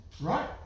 Right